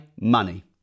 money